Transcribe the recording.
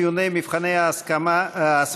ציוני מבחני ההסמכה),